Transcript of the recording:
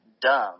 dumb